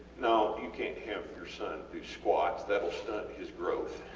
no, you cant have your son do squats thatll stunt his growth.